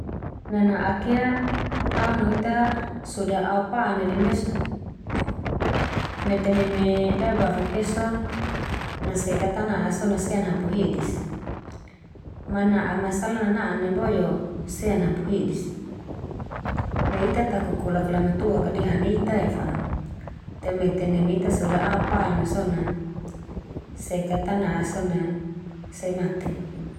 Nana'ak ia tao no ita soda aopan na den ndia so. Mete neme daebafok ia so, na se ka ta na'a so na se an hapu hedis. Ma na'a ma salah nana'an na boe o se ana hapu hedis. De ita ta kokolak Lamatuak ka de hani ita ia fa. Te mete neme ita soda aopan na so na se ka ta na'a so na se maten.